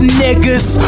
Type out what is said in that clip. niggas